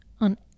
on